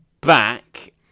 back